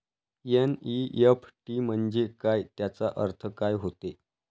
NEFT म्हंजे काय, त्याचा अर्थ काय होते?